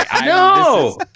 no